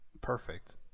perfect